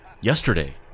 yesterday